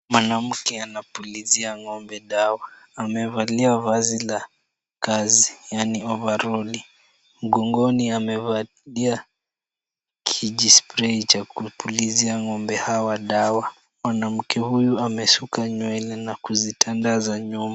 Mwanamke anampulizia ng'ombe dawa, amevalia vazi la kazi, yani ovaroli. Mgongoni amevalia kiji spray cha kupulizia ng'ombe hawa dawa. Mwanamke huyu amesuka nywele na kuzitandaza nyuma.